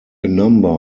number